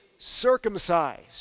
circumcised